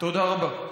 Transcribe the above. תודה רבה.